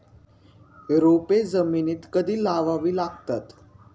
रोपे जमिनीत कधी लावावी लागतात?